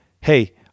hey